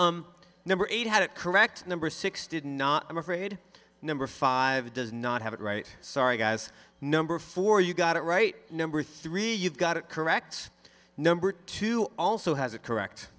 sorry number eight had it correct number six did not i'm afraid number five does not have it right sorry guys number four you got it right number three you've got it correct number two also has it correct